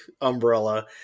umbrella